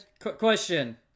question